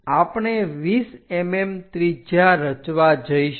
આપણે 20 mm ત્રિજ્યા રચવા જઈશું